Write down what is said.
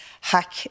hack